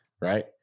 right